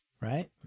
right